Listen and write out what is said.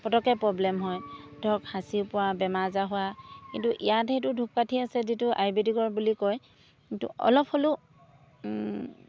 পটকৈ প্ৰব্লেম হয় ধৰক সাঁচি পৰা বেমাৰ আজাৰ হোৱা কিন্তু ইয়াত সেইটো ধূপকাাঠি আছে যিটো আয়ুৰ্বেদিকৰ বুলি কয় কিন্তু অলপ হ'লেও